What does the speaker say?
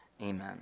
amen